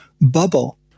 bubble